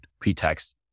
pretext